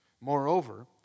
Moreover